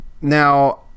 Now